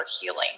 healing